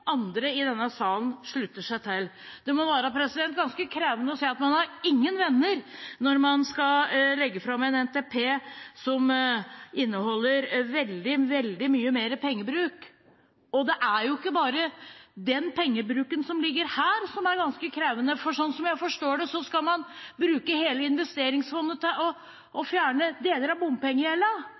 andre i denne salen slutter seg til. Det må være ganske krevende å se at man ikke har noen venner når man skal legge fram en NTP som inneholder veldig mye større pengebruk. Og det er ikke bare den pengebruken som ligger her, som er ganske krevende, for sånn som jeg forstår det, skal man bruke hele investeringsfondet til å fjerne deler av